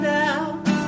now